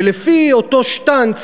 ולפי אותו שטנץ